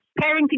Parenting